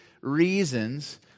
reasons